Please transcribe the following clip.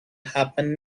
happen